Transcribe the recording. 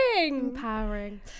empowering